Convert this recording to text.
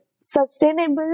sustainable